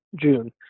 June